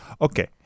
Okay